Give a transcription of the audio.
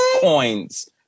coins